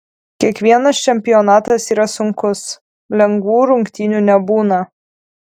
kiekvienas čempionatas yra sunkus lengvų rungtynių nebūna